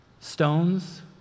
Stones